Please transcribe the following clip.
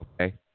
Okay